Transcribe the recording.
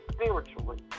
spiritually